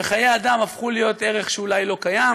וחיי אדם הפכו להיות ערך שאולי לא קיים,